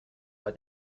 bei